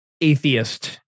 atheist